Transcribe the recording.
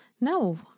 No